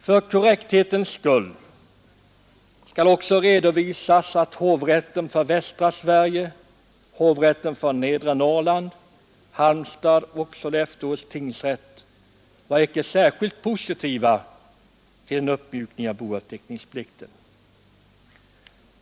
För korrekthetens skull skall också redovisas att Hovrätten för Västra Sverige, Hovrätten för Nedre Norrland samt Halmstads och Sollefteå tingsrätter icke var cilt positiva till en uppmjukning av bouppteckningsplikten.